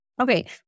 Okay